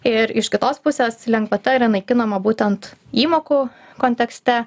ir iš kitos pusės lengvata yra naikinama būtent įmokų kontekste